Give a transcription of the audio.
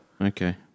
Okay